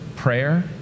prayer